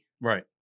Right